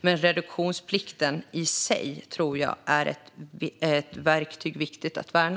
Men reduktionsplikten i sig är ett verktyg viktigt att värna.